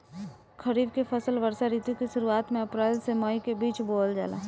खरीफ के फसल वर्षा ऋतु के शुरुआत में अप्रैल से मई के बीच बोअल जाला